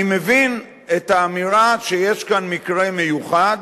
אני מבין את האמירה שיש כאן מקרה מיוחד,